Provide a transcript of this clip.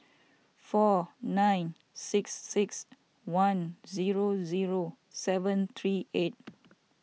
four nine six six one zero zero seven three eight